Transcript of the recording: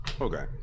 okay